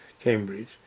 Cambridge